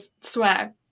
swear